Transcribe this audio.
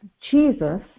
Jesus